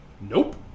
Nope